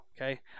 Okay